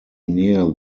near